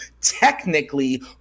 technically